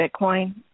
bitcoin